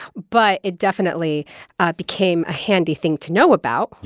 but it definitely became a handy thing to know about. yeah.